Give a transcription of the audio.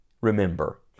remember